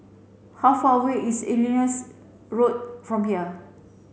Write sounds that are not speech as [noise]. how far away is [unintelligible] Road from here